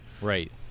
Right